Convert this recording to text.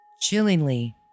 Chillingly